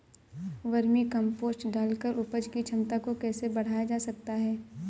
Vermi compost डालकर उपज की क्षमता को कैसे बढ़ाया जा सकता है?